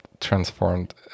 transformed